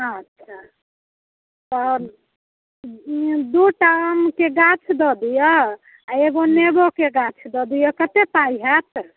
अच्छा आओर दू टा आमके गाछ दऽ दिअ एगो नेबोके गाछ दऽ दिअ कते पाइ होयत